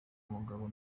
umugabo